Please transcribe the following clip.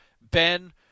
Ben